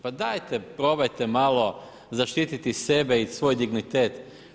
Pa dajte probajte malo zaštititi sebe i svoj dignitet.